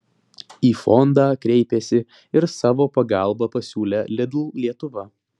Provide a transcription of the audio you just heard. į fondą kreipėsi ir savo pagalbą pasiūlė lidl lietuva